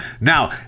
now